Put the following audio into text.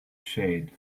shade